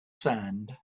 sand